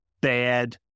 bad